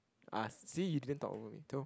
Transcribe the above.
ah see you didn't talk over me so